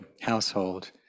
household